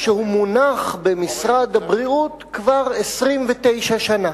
שהוא מונח במשרד הבריאות כבר 29 שנה.